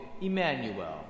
Emmanuel